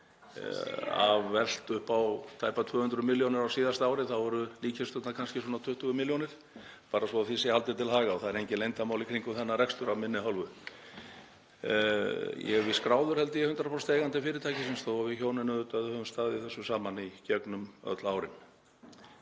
Af veltu upp á tæpar 200 millj. kr. á síðasta ári þá voru líkkisturnar kannski svona 20 milljónir, bara svo því sé haldið til haga. Það eru engin leyndarmál í kringum þennan rekstur af minni hálfu. Ég er víst skráður, held ég, 100% eigandi fyrirtækisins þó að við hjónin höfum auðvitað staðið í þessu saman í gegnum öll árin.